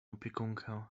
opiekunkę